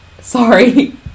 sorry